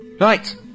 right